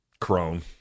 Crone